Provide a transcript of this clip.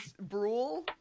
brule